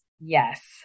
Yes